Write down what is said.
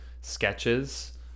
sketches